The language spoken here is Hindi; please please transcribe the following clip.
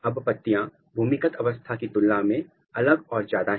अब पत्तियां भूमिगत अवस्था की तुलना में अलग और ज्यादा है